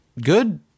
good